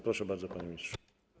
Proszę bardzo, panie ministrze.